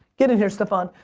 get in here, staphon.